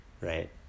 right